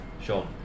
Sean